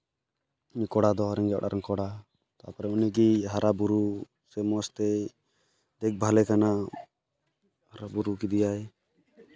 ᱩᱱᱤ ᱠᱚᱲᱟ ᱫᱚ ᱨᱮᱸᱜᱮᱡ ᱚᱲᱟᱜ ᱨᱮᱱ ᱠᱚᱲᱟ ᱛᱟᱨᱯᱚᱨᱮ ᱩᱱᱤ ᱜᱮᱭ ᱦᱟᱨᱟᱼᱵᱩᱨᱩ ᱥᱮ ᱢᱚᱡᱽ ᱛᱮᱭ ᱫᱮᱠ ᱵᱷᱟᱞᱮ ᱠᱟᱱᱟ ᱦᱟᱨᱟᱼᱵᱩᱨᱩ ᱠᱮᱫᱮᱭᱟᱭ